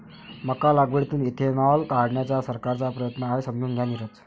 मका लागवडीतून इथेनॉल काढण्याचा सरकारचा प्रयत्न आहे, समजून घ्या नीरज